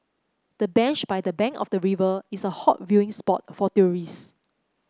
the bench by the bank of the river is a hot viewing spot for tourists